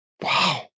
Wow